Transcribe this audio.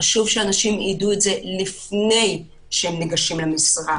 חשוב שאנשים יידעו את זה לפני שהם ניגשים למשרה,